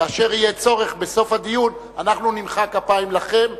כאשר יהיה צורך, בסוף הדיון אנחנו נמחא כפיים לכם.